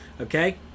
Okay